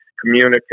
communicate